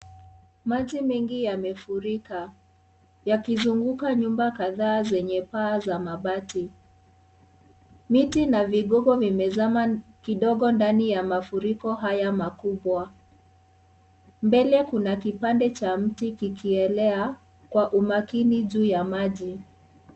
Maji mengi yamefurika, yakizunguka nyumba kadhaa zenye paa za mabati miti na vigogo vimezama kidogo ndani ya mafuriko haya makubwa mbele kuna kipande cha mti kikielea kwa umakini juu ya maji.